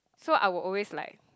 so I will always like